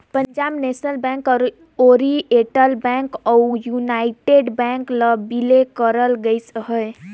Punjab national bank में oriental bank अउ united bank ल बिले करल गइस अहे